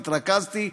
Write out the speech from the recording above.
התרכזתי,